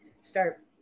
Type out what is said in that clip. start